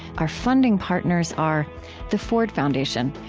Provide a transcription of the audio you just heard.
our funding partners are the ford foundation,